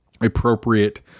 appropriate